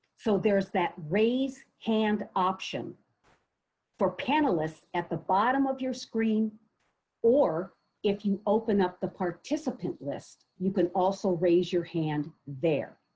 so, there is that raise hand option for panelists at the bottom of your screen or if you open up the participant list, you can also raise your hand there.